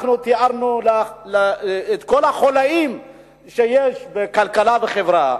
אנחנו תיארנו את כל החוליים שיש בכלכלה ובחברה.